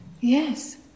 Yes